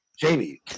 Jamie